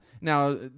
now